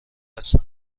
هستن